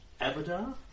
Abadar